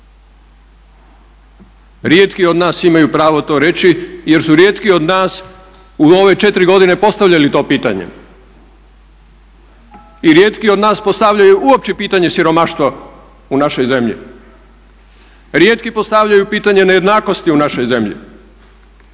Rijetki od nas imaju pravo to reći jer su rijetki od nas u ove četiri godine postavljali to pitanje i rijetki od nas postavljaju uopće pitanje siromaštva u našoj zemlji. Rijetki postavljaju pitanje nejednakosti u našoj zemlji,